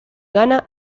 ghana